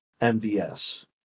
MVS